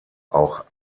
auch